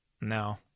No